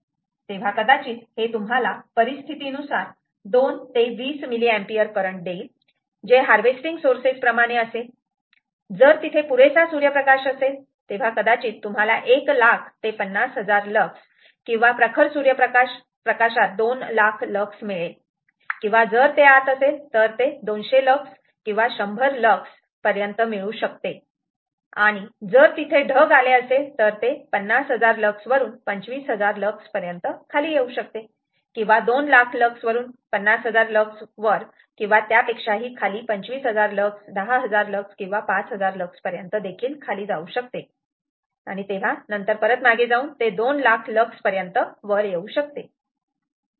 तेव्हा कदाचित हे तुम्हाला परिस्थितीनुसार 2 ते 20 mA करंट देईल जे हार्वेस्टिंग सोर्सेस प्रमाणे असेन जर तिथे पुरेसा सूर्यप्रकाश असेल तेव्हा कदाचित तुम्हाला 1 लाख ते 50000 लक्स किंवा प्रखर सूर्यप्रकाश 2 लाख लक्स मिळेल किंवा जर ते आत असेल तर ते 200 लक्स किंवा 100 लक्स पर्यंत मिळू शकते आणि जर तिथे ढग आले असेल तर ते 50000 लक्स वरून 25000 लक्स पर्यंत खाली येऊ शकते किंवा 2 लाख लक्स वरून 50000 लक्स वर किंवा त्यापेक्षाही खाली 25000 लक्स 10000 लक्स किंवा 5000 लक्स पर्यंत देखील खाली जाऊ शकते आणि तेव्हा नंतर परत मागे जाऊन ते 2 लाख लक्स पर्यंत येऊ शकते